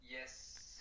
yes